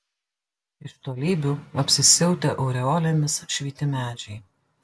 iš tolybių apsisiautę aureolėmis švyti medžiai